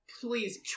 Please